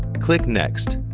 click next.